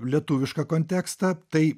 lietuvišką kontekstą tai